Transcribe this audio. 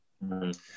right